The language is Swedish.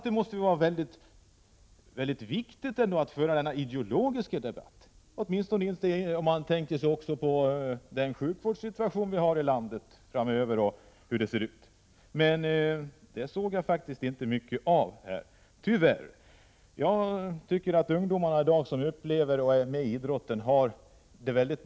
Det måste vara mycket viktigt att föra en ideologisk debatt, åtminstone om man tänker på den sjukvårdssituation som vi får här i landet framöver och hur denna ser ut för närvarande. Tyvärr fick jag inte höra mycket av ideologin i idrottsministerns inlägg. Jag tycker att de ungdomar som ägnar sig åt idrott har det besvärligt.